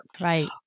Right